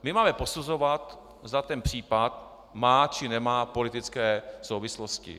My máme posuzovat, zda případ má, či nemá politické souvislosti.